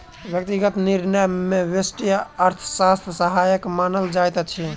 व्यक्तिगत निर्णय मे व्यष्टि अर्थशास्त्र सहायक मानल जाइत अछि